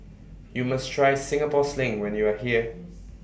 YOU must Try Singapore Sling when YOU Are here